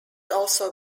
also